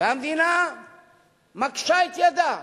והמדינה מקשה את ידה,